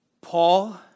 Paul